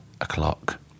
o'clock